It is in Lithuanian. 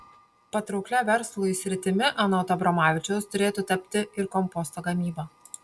patrauklia verslui sritimi anot abromavičiaus turėtų tapti ir komposto gamyba